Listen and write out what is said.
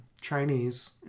Chinese